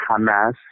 Hamas